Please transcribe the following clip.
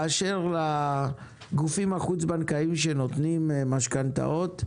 באשר לגופים החוץ בנקאיים שנותנים משכנתאות,